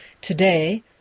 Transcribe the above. today